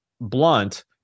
blunt